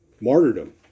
martyrdom